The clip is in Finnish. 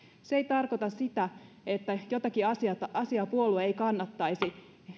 se ei tarkoita sitä että jotakin asiaa puolue ei kannattaisi